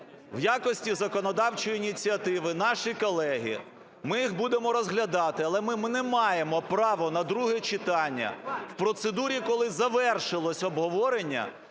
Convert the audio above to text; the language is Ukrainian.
в якості законодавчої ініціативи наші колеги. Ми їх будемо розглядати. Але ми не маємо права на друге читання в процедурі, коли завершилось обговорення,